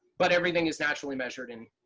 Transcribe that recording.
but everything is naturally measured in